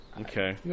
Okay